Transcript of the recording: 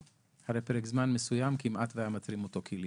אחרי פרק זמן מסוים כמעט והיה מתרים אותו כליה.